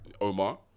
Omar